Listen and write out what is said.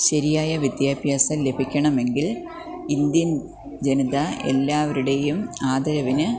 ശരിയായ വിദ്യാഭ്യാസം ലഭിക്കണമെങ്കിൽ ഇന്ത്യൻ ജനത എല്ലാവരുടെയും ആദരവിന്